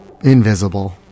invisible